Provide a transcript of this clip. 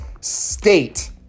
state